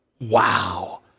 wow